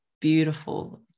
beautiful